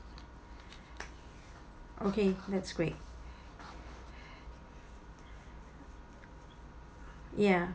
okay that's great ya